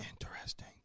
Interesting